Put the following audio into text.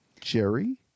Jerry